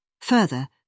Further